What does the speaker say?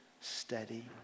steady